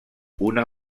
una